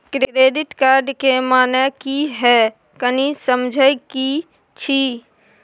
Credit card के माने की हैं, कनी समझे कि छि?